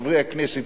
חברי הכנסת,